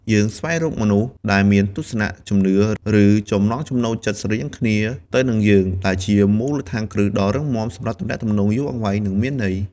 យើងស្វែងរកមនុស្សដែលមានទស្សនៈ ជំនឿ ឬចំណង់ចំណូលចិត្តស្រដៀងគ្នាទៅនឹងយើង ដែលជាមូលដ្ឋានគ្រឹះដ៏រឹងមាំសម្រាប់ទំនាក់ទំនងយូរអង្វែង និងមានន័យ។